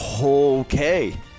Okay